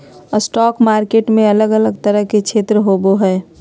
stock market में अलग अलग तरह के क्षेत्र होबो हइ